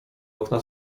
okna